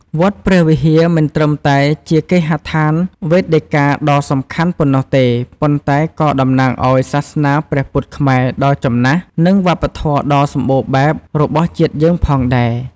វត្តព្រះវិហារ មិនត្រឹមតែជា គេហដ្ឋានវេដិកាដ៏សំខាន់ ប៉ុណ្ណោះទេ ប៉ុន្តែក៏តំណាងឲ្យ សាសនាព្រះពុទ្ធខ្មែរ ដ៏ចំណាស់ និង វប្បធម៌ដ៏សម្បូរបែប របស់ជាតិយើងផងដែរ។